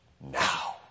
now